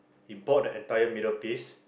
he bought the entire middle piece